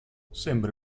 sembri